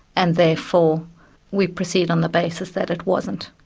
and therefore we proceed on the basis that it wasn't.